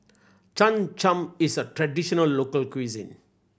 Cham Cham is a traditional local cuisine